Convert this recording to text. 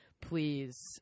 please